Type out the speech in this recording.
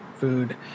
Food